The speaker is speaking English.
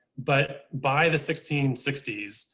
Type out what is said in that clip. but by the sixteen sixty s,